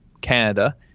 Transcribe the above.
Canada